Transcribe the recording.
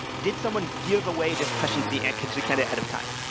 did someone give away this question to the and candidate candidate ahead of time?